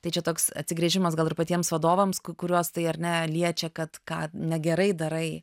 tai čia toks atsigręžimas gal ir patiems vadovams kuriuos tai ar ne liečia kad ką negerai darai